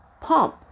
pump